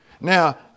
Now